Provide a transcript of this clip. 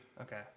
Okay